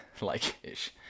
like-ish